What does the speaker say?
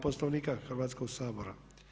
Poslovnika Hrvatskog sabora.